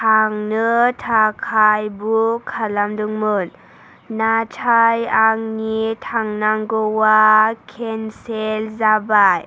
थांनो थाखाय बुख खालामदोंमोन नाथाय आंनि थांनांगौआ खेनसेल जाबाय